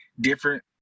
different